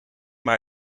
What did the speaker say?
maar